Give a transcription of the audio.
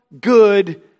good